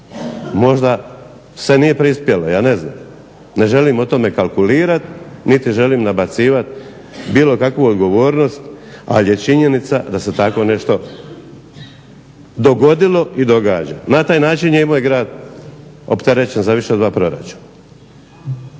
možda se nije prispjelo, ne želim o tome kalkulirati niti želim nabacivati bilo kakvu odgovornost ali je činjenica da se tako nešto dogodilo i događa, na taj način je i moj grad opterećen za više od dva proračuna.